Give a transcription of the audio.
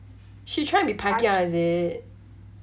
she trying to be pai kia is it